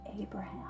Abraham